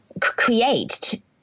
Create